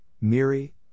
MIRI